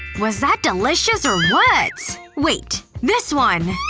was that delicious or what! wait this one!